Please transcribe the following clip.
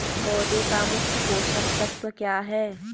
पौधें का मुख्य पोषक तत्व क्या है?